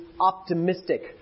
optimistic